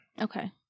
Okay